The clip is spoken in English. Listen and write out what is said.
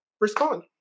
Respond